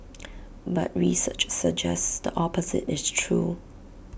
but research suggests the opposite is true